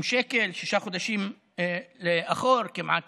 190 שקל, שישה חודשים לאחור, כמעט